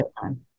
time